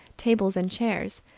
tables and chairs,